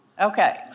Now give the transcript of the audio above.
Okay